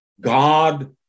God